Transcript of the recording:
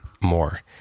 more